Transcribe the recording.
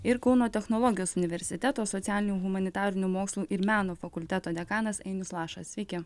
ir kauno technologijos universiteto socialinių humanitarinių mokslų ir menų fakulteto dekanas ainius lašas sveiki